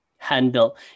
handle